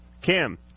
Kim